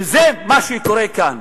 וזה מה שקורה כאן.